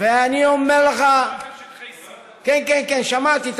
ואני אומר לך, שטחי C, כן, כן, שמעתי.